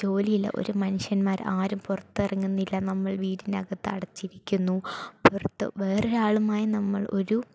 ജോലിയില്ല ഒരു മനുഷ്യന്മാര് ആരും പുറത്തിറങ്ങുന്നില്ല നമ്മൾ വീട്ടിനകത്തടച്ചിരിക്കുന്നു പുറത്ത് വേറൊരാളുമായി നമ്മൾ ഒരു